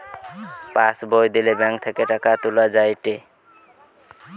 pass বই দিলে bank থেকে টাকা তুলা যায়েটে